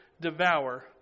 devour